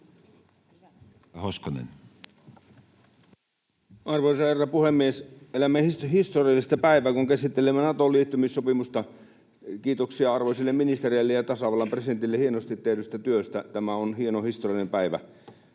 Arvoisa herra puhemies! Elämme historiallista päivää, kun käsittelemme Naton liittymissopimusta. Kiitoksia arvoisille ministereille ja tasavallan presidentille hienosti tehdystä työstä. Tämä on hieno historiallinen päivä.